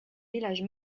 village